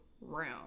room